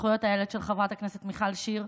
לזכויות הילד של חברת הכנסת מיכל שיר,